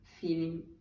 feeling